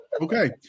Okay